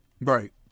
Right